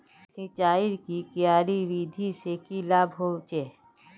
सिंचाईर की क्यारी विधि से की लाभ होचे?